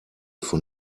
von